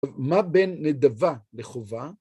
מה בין נדבה לחובה?